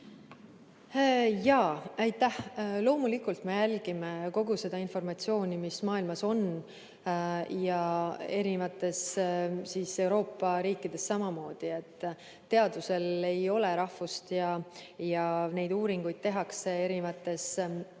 palun! Aitäh! Loomulikult, me jälgime kogu seda informatsiooni, mis on maailmas ja erinevates Euroopa riikides samamoodi. Teadusel ei ole rahvust ja neid uuringuid tehakse erinevates